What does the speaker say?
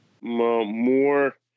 more